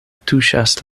tuŝas